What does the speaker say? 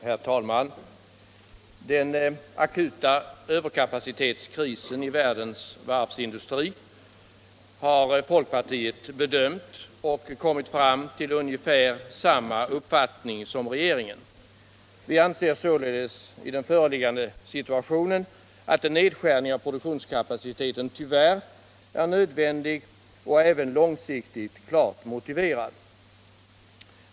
Herr talman! Vid bedömningen av den akuta överkapacitetskrisen inom världens varvsindustri har folkpartiet kommit fram till ungefär samma uppfattning som regeringen. Vi anser således i den föreliggande situationen att en nedskärning av produktionskapaciteten tyvärr är nödvändig och även långsiktigt klart motiverad.